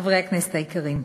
חברי הכנסת היקרים,